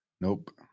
Nope